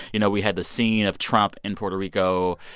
you know, we had the scene of trump in puerto rico